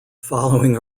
following